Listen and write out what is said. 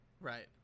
Right